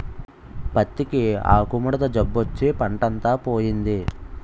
పత్తికి ఆకుముడత జబ్బొచ్చి పంటంతా పోయింది